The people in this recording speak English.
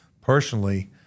Personally